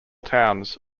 towns